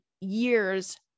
years